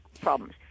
problems